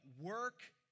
work